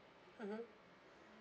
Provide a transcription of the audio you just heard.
mmhmm